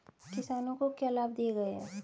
किसानों को क्या लाभ दिए गए हैं?